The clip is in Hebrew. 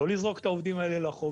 לא לזרוק את העובדים האלה מאחור,